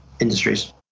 industries